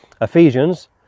ephesians